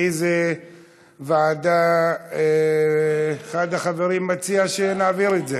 לאיזו ועדה אחד החברים מציע שנעביר את זה?